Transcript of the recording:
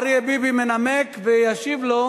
אנחנו ניגשים לסעיף הבא.